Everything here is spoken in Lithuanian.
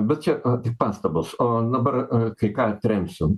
bet čia tik pastabos o dabar kai ką atremsiu